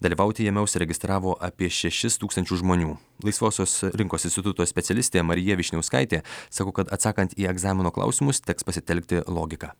dalyvauti jame užsiregistravo apie šešis tūkstančius žmonių laisvosios rinkos instituto specialistė marija vyšniauskaitė sako kad atsakant į egzamino klausimus teks pasitelkti logiką